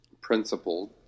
principled